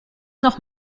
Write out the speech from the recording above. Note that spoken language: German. noch